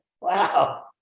wow